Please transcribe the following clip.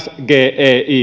sgei